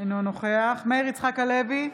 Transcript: אינו נוכח מאיר יצחק הלוי,